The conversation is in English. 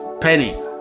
penny